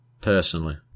personally